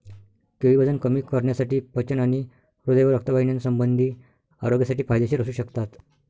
केळी वजन कमी करण्यासाठी, पचन आणि हृदय व रक्तवाहिन्यासंबंधी आरोग्यासाठी फायदेशीर असू शकतात